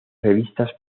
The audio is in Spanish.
revistas